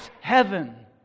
heaven